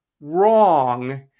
wrong